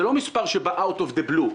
זה לא מספר שבא Out of the blue.